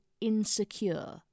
insecure